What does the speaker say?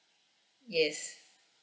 yes